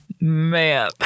Man